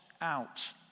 out